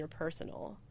interpersonal